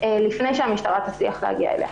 לפני שהמשטרה תצליח להגיע אליה.